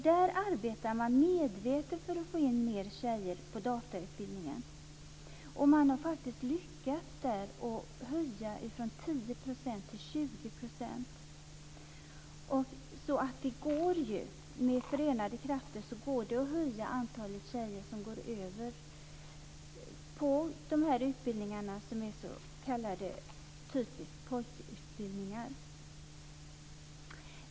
Där arbetar man medvetet för att få in fler tjejer på datautbildningen. Man har faktiskt lyckats höja andelen från 10 % till 20 %. Med förenade krafter går det att höja antalet tjejer som går över till de här utbildningarna som är s.k. pojkutbildningar.